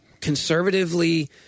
conservatively